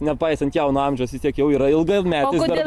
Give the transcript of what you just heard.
nepaisant jauno amžiaus įsakiau yra ilgametis